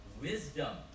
Wisdom